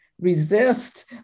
resist